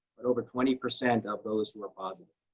but over twenty percent of those were positive.